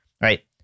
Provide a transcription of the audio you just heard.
Right